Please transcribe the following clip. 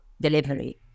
delivery